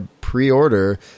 pre-order